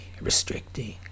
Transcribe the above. restricting